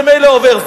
זה ממילא עובר.